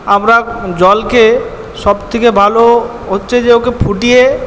আমরা জলকে সব থেকে ভালো হচ্ছে যে ওকে ফুটিয়ে